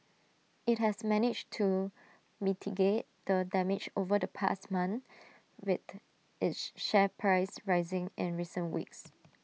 IT has managed to mitigate the damage over the past month with its share price rising in recent weeks